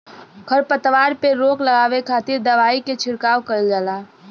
खरपतवार पे रोक लगावे खातिर दवाई के छिड़काव कईल जाला